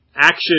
action